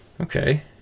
Okay